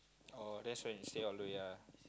oh that's why you say all those ya